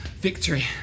Victory